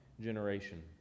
generation